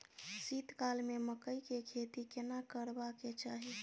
शीत काल में मकई के खेती केना करबा के चाही?